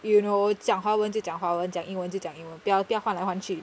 you know 讲华文就讲华文讲英文就讲英文不要换来换去